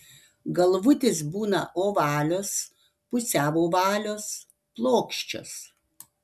galvutės būna ovalios pusiau ovalios plokščios